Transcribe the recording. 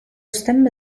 stemma